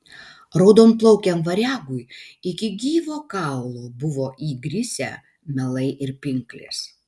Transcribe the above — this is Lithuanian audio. raudonplaukiam variagui iki gyvo kaulo buvo įgrisę melai ir pinklės